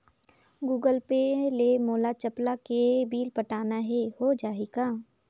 Google Pay ले मोल चपला के बिल पटाना हे, हो जाही का?